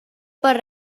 per